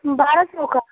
बारह सौ का